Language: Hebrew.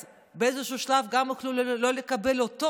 אז באיזשהו שלב גם יוכלו לא לקבל אותו.